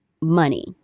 money